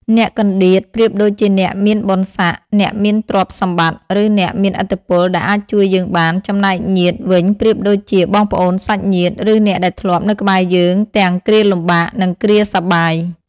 អ្នកកន្តៀត ប្រៀបដូចជាអ្នកមានបុណ្យស័ក្តិ អ្នកមានទ្រព្យសម្បត្តិ ឬអ្នកមានឥទ្ធិពលដែលអាចជួយយើងបាន ចំណែក ញាតិ វិញប្រៀបដូចជាបងប្អូន សាច់ញាតិ ឬអ្នកដែលធ្លាប់នៅក្បែរយើងទាំងគ្រាលំបាក និងគ្រាសប្បាយ។